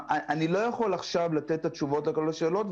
אני לא יכול עכשיו לתת את התשובות לכל השאלות,